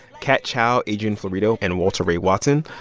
kat chow, adrian florido and walter ray watson.